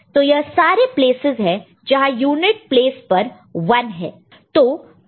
तो D3 D5 D7 तो यह सारे प्लेसेस है जहां यूनिट प्लेस पर 1 है